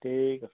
ঠিক আছে